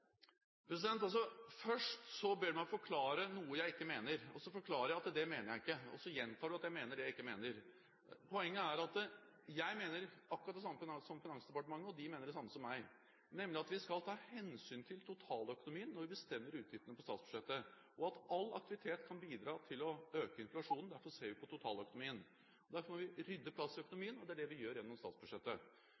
Først ber du meg om å forklare noe jeg ikke mener. Så forklarer jeg at det mener jeg ikke, og så gjentar du at jeg mener det jeg ikke mener. Poenget er at jeg mener akkurat det samme som Finansdepartementet, og de mener det samme som meg, nemlig at vi skal ta hensyn til totaløkonomien når vi bestemmer utgiftene på statsbudsjettet. All aktivitet kan bidra til å øke inflasjonen, derfor ser vi på totaløkonomien. Derfor må vi rydde plass